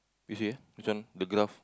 you see eh this one the glove